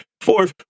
Fourth